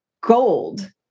gold